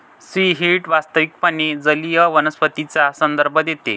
seaweed वास्तविकपणे जलीय वनस्पतींचा संदर्भ देते